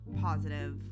positive